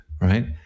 right